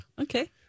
Okay